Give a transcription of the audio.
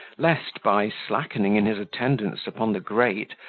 lest, by slackening in his attendance upon the great,